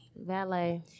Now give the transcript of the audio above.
valet